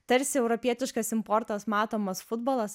tarsi europietiškas importas matomas futbolas